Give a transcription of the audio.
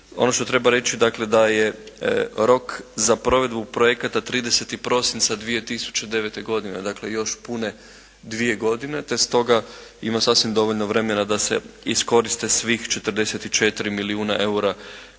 Ono što treba reći dakle da je rok za provedbu projekata 30. prosinca 2009. godine, dakle još pune dvije godine te stoga ima sasvim dovoljno vremena da se iskoriste svih 44 milijuna eura